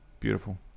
Beautiful